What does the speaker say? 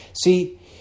See